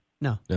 No